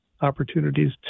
opportunities